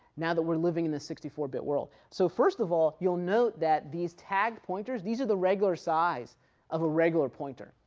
now that we're moving in the sixty four bit world. so first of all, you'll note that these tag pointers, these are the regular size of a regular pointer,